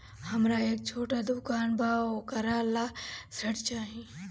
हमरा एक छोटा दुकान बा वोकरा ला ऋण चाही?